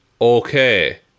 okay